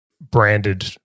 branded